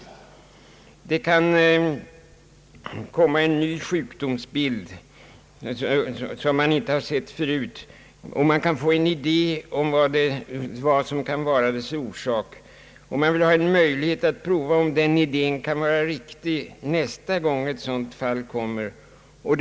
Det kan komma en ny sjukdomsbild som man inte har sett förut, och man kan få en idé om vad som kan vara dess orsak. Man vill kanske ha möjlighet att pröva om den idén kan vara riktig nästa gång ett sådant fall inträffar.